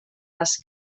les